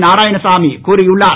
நாராயணசாமி கூறியுள்ளார்